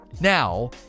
Now